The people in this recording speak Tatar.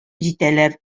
җитәләр